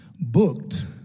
Booked